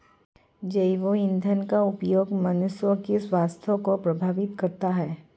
जैव ईंधन का उपयोग मनुष्य के स्वास्थ्य को प्रभावित करता है